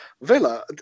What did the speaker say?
Villa